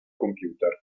computer